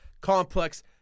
complex